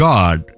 God